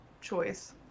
choice